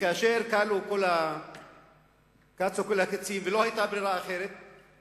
כאשר כלו כל הקצים ולא היתה ברירה אחרת,